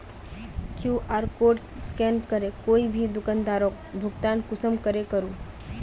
QR code scan करे कोई भी दुकानदारोक भुगतान कुंसम करे करूम?